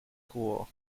quo